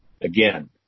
Again